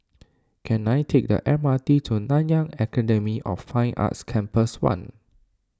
can I take the M R T to Nanyang Academy of Fine Arts Campus one